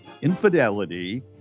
infidelity